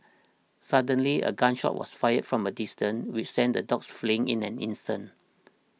suddenly a gun shot was fired from a distance which sent the dogs fleeing in an instant